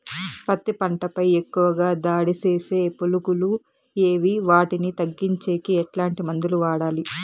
పత్తి పంట పై ఎక్కువగా దాడి సేసే పులుగులు ఏవి వాటిని తగ్గించేకి ఎట్లాంటి మందులు వాడాలి?